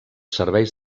serveis